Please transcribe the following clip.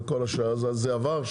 התיקון עבר.